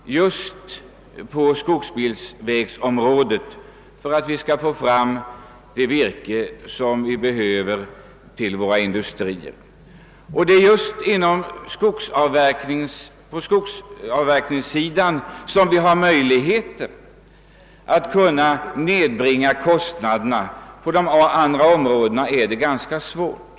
Just på skogsbilvägsområdet behövs initialengagemang för att det virke som behövs skall kunna föras fram till industrierna. Det är också på skogsavverkningssidan som möjligheter finns att nedbringa kostnaderna; på andra områden är detta ganska svårt.